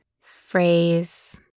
phrase